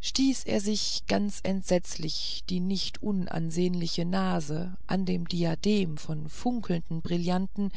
stieß er sich ganz entsetzlich die nicht unansehnliche nase an dem diadem von funkelnden brillanten